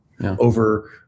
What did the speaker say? over